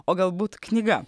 o galbūt knyga